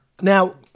Now